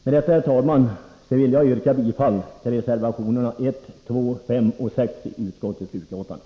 Med detta, herr talman, vill jag yrka bifall till reservationerna 1,2, 5 och 6i utskottets betänkande.